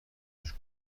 توش